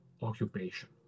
occupation